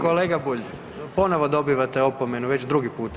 Kolega Bulj, ponovo dobivate opomenu već drugi puta.